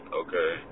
okay